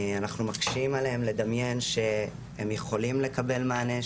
אנחנו מקשים עליהם לדמיין שהם יכולים לקבל מענה,